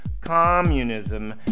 communism